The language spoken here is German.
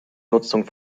nutzung